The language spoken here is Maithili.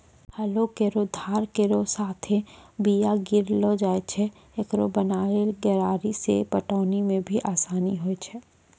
हलो केरो धार केरो साथें बीया गिरैलो जाय छै, एकरो बनलो गरारी सें पटौनी म भी आसानी होय छै?